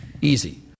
Easy